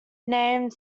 named